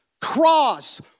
cross